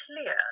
clear